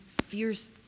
fierce